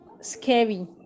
scary